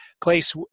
place